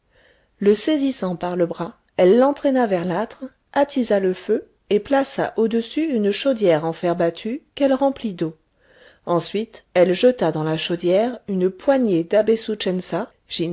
le saisissant par le bras elle l'entraîna vers l'âtre attisa le feu et plaça au-dessus une chaudière en fer battu qu'elle remplit d'eau ensuite elle jeta dans la chaudière une poignée